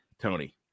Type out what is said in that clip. Tony